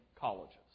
colleges